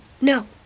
no